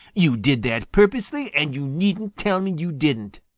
you did that purposely, and you needn't tell me you didn't.